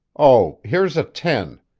oh, here's a ten,